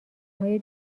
های